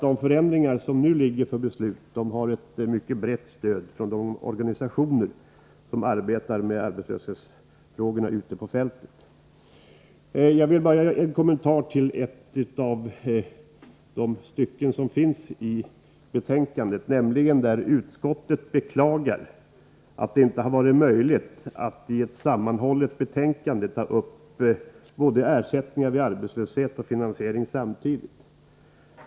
De förändringar som nu skall bli föremål för beslut har ett brett stöd från de organisationer som arbetar med arbetslöshetsfrågorna ute på fältet. Jag vill göra en kommentar till ett stycke i betänkandet, nämligen det stycke där utskottet beklagar att det inte har varit möjligt att i ett sammanhållet betänkande ta upp både frågan om ersättningar vid arbetslöshet och frågan om finansieringen.